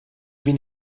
bin